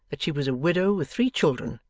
that she was a widow with three children,